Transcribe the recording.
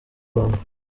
rwanda